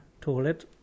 toilet